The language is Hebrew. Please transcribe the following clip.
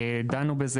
דנו בזה,